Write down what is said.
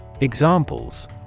Examples